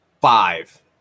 five